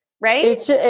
Right